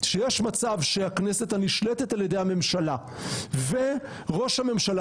שיש מצב שהכנסת הנשלטת על ידי הממשלה וראש הממשלה,